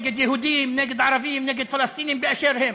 נגד יהודים, נגד ערבים, נגד פלסטינים, באשר הם.